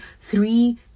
three